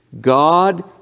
God